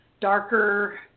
darker